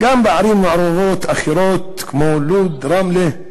ובערים מעורבות אחרות, כמו לוד ורמלה,